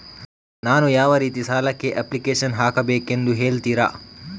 ನಾನು ಯಾವ ರೀತಿ ಸಾಲಕ್ಕೆ ಅಪ್ಲಿಕೇಶನ್ ಹಾಕಬೇಕೆಂದು ಹೇಳ್ತಿರಾ?